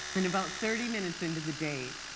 and about thirty minutes into the date,